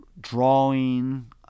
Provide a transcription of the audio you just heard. drawing